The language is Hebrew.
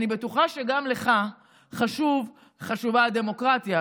אני בטוחה שגם לך חשובה הדמוקרטיה.